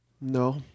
No